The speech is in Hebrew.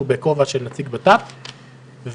השירות הצבאי כמובן לא יכול להיות קריטריון לקבלת תפקידים כאלה